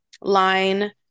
line